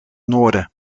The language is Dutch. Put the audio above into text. noorden